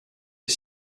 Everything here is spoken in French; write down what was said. est